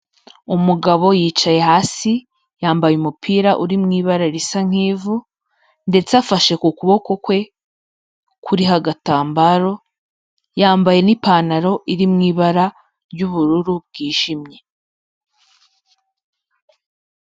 Umugabo yicaye hasi yambaye umupira uri mu ibara risa nk'ivu ndetse afashe ku kuboko kwe kuriho agatambaro, yambaye n'ipantaro iri mu ibara ry'ubururu bwijimye.